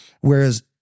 Whereas